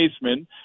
baseman